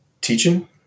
teaching